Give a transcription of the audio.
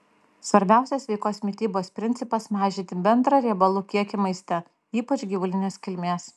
svarbiausias sveikos mitybos principas mažinti bendrą riebalų kiekį maiste ypač gyvulinės kilmės